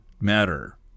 matter